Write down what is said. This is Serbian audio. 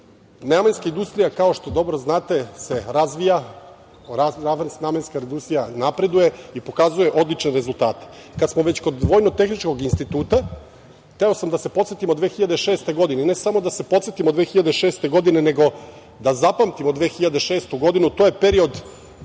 sistema. Namenska industrija kao što dobro znate se razvija, namenska industrija napreduje i pokazuje odlične rezultate. Kad smo već kod VTI hteo sam da se podsetimo 2006. godine, ne samo da se podsetimo 2006. godine, nego da zapamtimo 2006. godinu. To je period